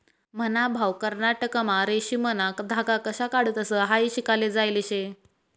मन्हा भाऊ कर्नाटकमा रेशीमना धागा कशा काढतंस हायी शिकाले जायेल शे